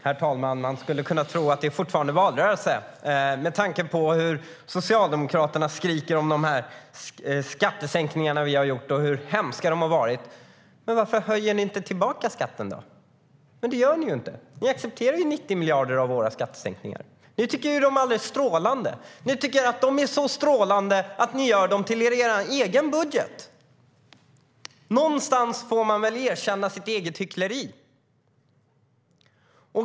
Herr talman! Man skulle kunna tro att det fortfarande är valrörelse med tanke på hur Socialdemokraterna skriker om de skattesänkningar vi har gjort och hur hemska de har varit. Men varför höjer ni då inte tillbaka skatten? Ni gör ju inte det, utan ni accepterar 90 miljarder av våra skattesänkningar. Ni tycker att de är alldeles strålande. Ni tycker att de är så strålande att ni gör dem till er egen budget. Någonstans får man väl erkänna sitt eget hyckleri.